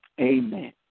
Amen